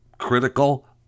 critical